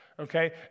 Okay